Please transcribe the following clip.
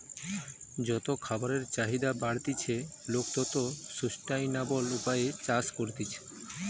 যত খাবারের চাহিদা বাড়তিছে, লোক তত সুস্টাইনাবল উপায়ে চাষ করতিছে